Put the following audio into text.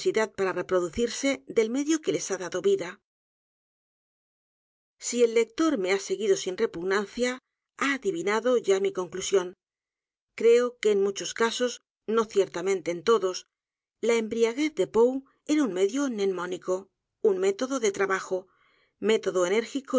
para reproducirse del medio que les ha dado vida si el lector me ha seguido sin repugnancia ha adivinado ya mi conclusión creo que en muchos casos no ciertamente en todos la embriaguez de p o e era un medio nenmónico un método de trabajo método enérgico